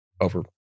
over